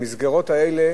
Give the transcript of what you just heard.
יש במסגרות האלה